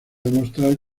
demostrar